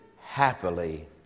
happily